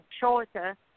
shorter